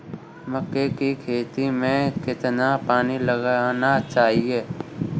मक्के की खेती में कितना पानी लगाना चाहिए?